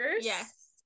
Yes